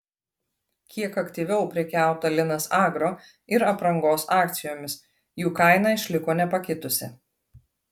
kiek aktyviau prekiauta linas agro ir aprangos akcijomis jų kaina išliko nepakitusi